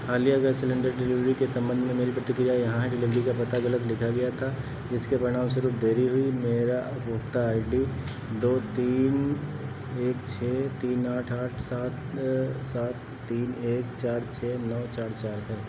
हालिया gas cylinder delivery के संबंध में मेरी प्रतिक्रिया यहाँ है डिलीवरी का पता ग़लत लिखा गया था जिसके परिणामस्वरूप देरी हुई मेरा उपभोक्ता आई डी दो तीन एक छः तीन आठ आठ सात सात तीन एक चार छः नौ चार चार है